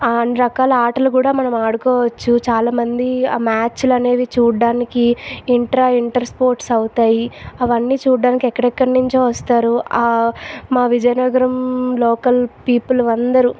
అన్ని రకాల ఆటలు కూడా మనం ఆడుకోవచ్చు చాలా మంది మ్యాచ్లనేవి చూడ్డానికి ఇంట్రా ఇంటర్ స్పోర్ట్స్ అవుతాయి అవన్నీ చూడ్డానికి ఎక్కడెక్కడి నుంచో వస్తారు మా విజయనగరం లోకల్ పీపుల్ అందరు